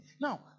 Now